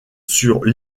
sur